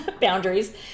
boundaries